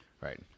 right